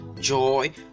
Joy